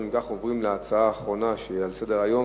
אנחנו עוברים להצעה האחרונה על סדר-היום,